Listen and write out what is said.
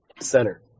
center